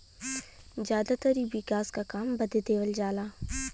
जादातर इ विकास काम बदे देवल जाला